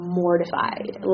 mortified